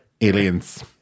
Aliens